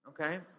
okay